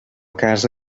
casa